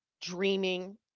dreaming